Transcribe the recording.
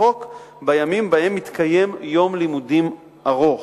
חוק בימים שבהם מתקיים יום לימודים ארוך,